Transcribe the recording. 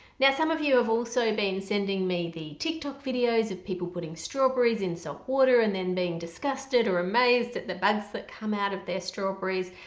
now some of you have also been sending me the tiktok videos of people putting strawberries in salt water and then being disgusted or amazed at the bugs that come out of their strawberries.